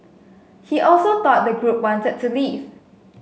he also thought the group wanted to leave